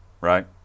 Right